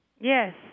Yes